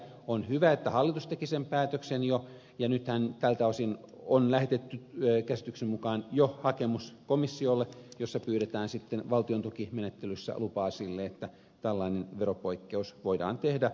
on hyvä että hallitus teki sen päätöksen jo ja nythän tältä osin on lähetetty käsitykseni mukaan jo hakemus komissiolle jossa pyydetään valtiontukimenettelyssä lupaa sille että tällainen veropoikkeus voidaan tehdä